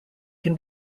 can